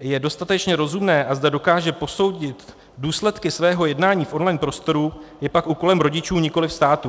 je dostatečně rozumné a zda dokáže posoudit důsledky svého jednání v online prostoru, je pak úkolem rodičů, nikoliv státu.